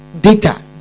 data